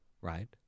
Right